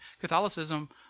Catholicism